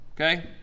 Okay